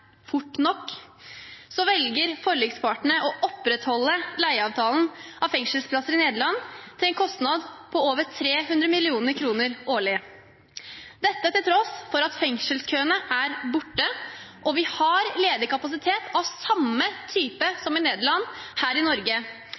fort nok velger forlikspartene å opprettholde leieavtalen med Nederland om fengselsplasser, til en kostnad på over 300 mill. kr årlig – dette til tross for at fengselskøene er borte og vi har ledig kapasitet her i Norge av samme type som i Nederland. I